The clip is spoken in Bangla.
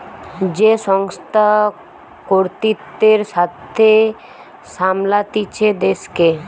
যে সংস্থা কর্তৃত্বের সাথে সামলাতিছে দেশকে